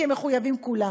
כי הם מחויבים כולם.